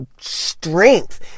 strength